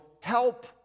help